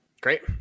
Great